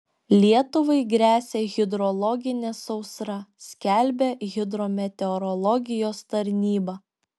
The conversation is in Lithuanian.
lietuvai gresia hidrologinė sausra skelbia hidrometeorologijos tarnyba